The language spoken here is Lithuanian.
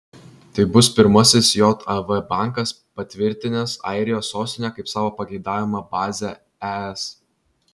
tai bus pirmasis jav bankas patvirtinęs airijos sostinę kaip savo pageidaujamą bazę es